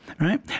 Right